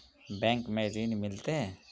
Bank में ऋण मिलते?